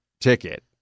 ticket